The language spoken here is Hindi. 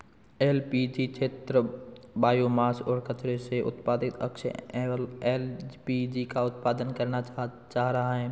एल.पी.जी क्षेत्र बॉयोमास और कचरे से उत्पादित अक्षय एल.पी.जी का उत्पादन करना चाह रहा है